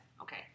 Okay